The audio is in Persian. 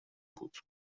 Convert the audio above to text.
بود